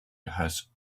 has